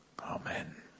amen